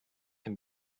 can